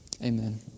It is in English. Amen